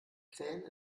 krähen